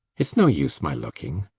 it's no use my looking.